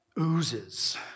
oozes